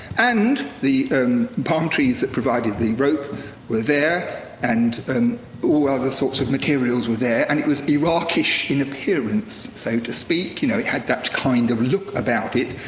and the palm trees that provided the rope were there, and and all other sorts of materials were there, and it was iraqish in appearance, so to speak, you know, it had that kind of look about it.